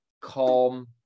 calm